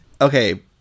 Okay